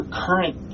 current